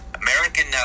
American